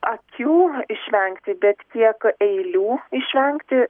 akių išvengti bet tiek eilių išvengti